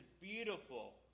beautiful